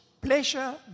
pleasure